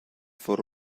for